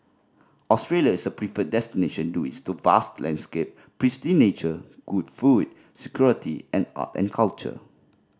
Australia is a preferred destination due to its vast landscape pristine nature good food security and art and culture